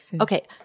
Okay